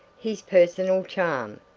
his personal charm,